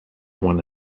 one